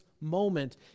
moment